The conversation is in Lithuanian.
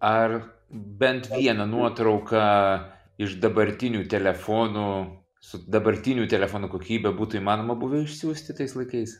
ar bent vieną nuotrauką iš dabartinių telefonų su dabartinių telefonų kokybe būtų įmanoma buvę išsiųsti tais laikais